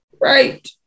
Right